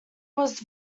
was